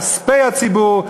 כספי הציבור,